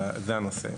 זה הנושא.